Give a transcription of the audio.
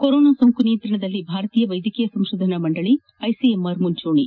corona ಸೋಂಕು ನಿಯಂತ್ರಣದಲ್ಲಿ ಭಾರತೀಯ ವೈದ್ಧಕೀಯ ಸಂಶೋಧನಾ ಮಂಡಳಿ ಐಸಿಎಂಆರ್ ಮುಂಚೂಣಿ